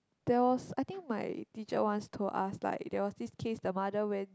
there was I think my teacher once told us like there was this case the mother went